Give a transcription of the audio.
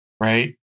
right